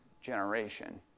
generation